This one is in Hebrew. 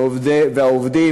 והעובדים,